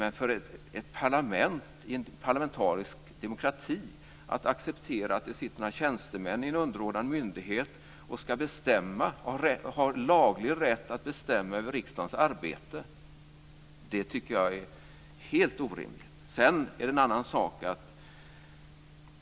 Men att i ett parlament i en parlamentarisk demokrati acceptera att det sitter några tjänstemän i en underordnad myndighet och har laglig rätt att bestämma över riksdagens arbete tycker jag är helt orimligt. Sedan är det en annan sak i det här.